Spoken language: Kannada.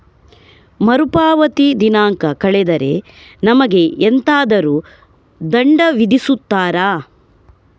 ಮರುಪಾವತಿ ದಿನಾಂಕ ಕಳೆದರೆ ನಮಗೆ ಎಂತಾದರು ದಂಡ ವಿಧಿಸುತ್ತಾರ?